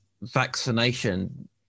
vaccination